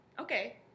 okay